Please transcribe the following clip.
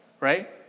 right